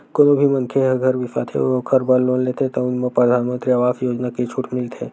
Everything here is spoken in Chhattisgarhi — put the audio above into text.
कोनो भी मनखे ह घर बिसाथे अउ ओखर बर लोन लेथे तउन म परधानमंतरी आवास योजना के छूट मिलथे